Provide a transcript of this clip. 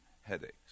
headaches